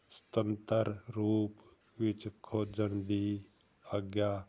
ਸੁਤੰਤਰ ਰੂਪ ਵਿੱਚ ਖੋਜਣ ਦੀ ਆਗਿਆ